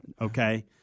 Okay